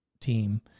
team